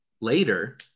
later